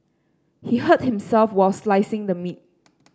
he hurt himself while slicing the meat